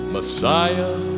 Messiah